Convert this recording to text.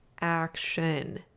action